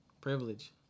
Privilege